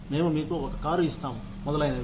మేము మీకు ఒక కారు ఇస్తాము మొదలైనవి